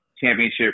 championship